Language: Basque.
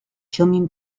txomin